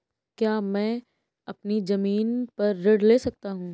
क्या मैं अपनी ज़मीन पर ऋण ले सकता हूँ?